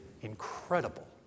incredible